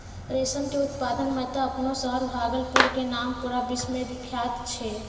रेशम के उत्पादन मॅ त आपनो शहर भागलपुर के नाम पूरा विश्व मॅ विख्यात छै